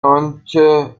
آنچه